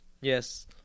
Yes